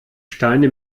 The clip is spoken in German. steine